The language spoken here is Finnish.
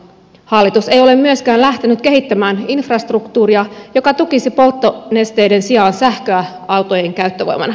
hallitus ei ole myöskään lähtenyt kehittämään infrastruktuuria joka tukisi polttonesteiden sijaan sähköä autojen käyttövoimana